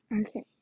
Okay